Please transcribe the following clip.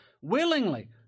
Willingly